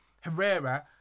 Herrera